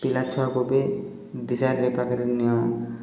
ପିଲା ଛୁଆକୁ ବି ପାଖରେ ନିଅ